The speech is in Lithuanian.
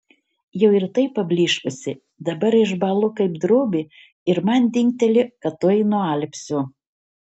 jau ir taip pablyškusi dabar išbąlu kaip drobė ir man dingteli kad tuoj nualpsiu